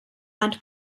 and